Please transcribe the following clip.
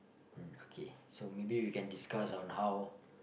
mm okay so maybe we can discuss on how